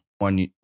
on